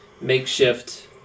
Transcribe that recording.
makeshift